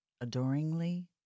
adoringly